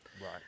Right